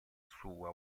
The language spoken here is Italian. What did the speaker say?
sua